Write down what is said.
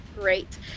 great